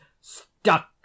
stuck